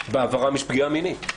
בעברם יש פגיעה מינית.